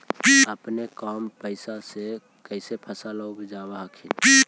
अपने कम पैसा से कैसे फसलबा उपजाब हखिन?